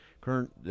current